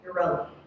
irrelevant